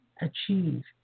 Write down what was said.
achieve